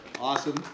Awesome